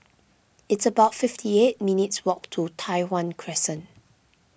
it's about fifty eight minutes' walk to Tai Hwan Crescent